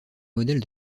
modèle